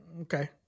Okay